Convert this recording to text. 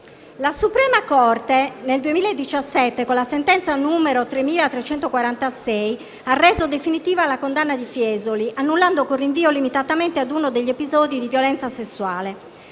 La suprema Corte nel 2017, con la sentenza n. 3346, ha reso definitiva la condanna di Fiesoli, annullando con rinvio limitatamente ad uno degli episodi di violenza sessuale.